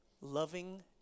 loving